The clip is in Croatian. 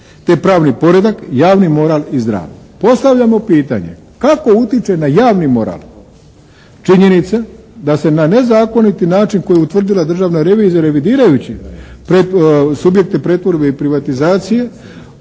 te pravni poredak, javni moral i zdravlje. Postavljamo pitanje kako utiče na javni moral činjenica da se na nezakoniti način koji je utvrdila Državna revizija revidirajući subjekte pretvorbe i privatizacije